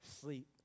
sleep